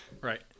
Right